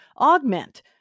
augment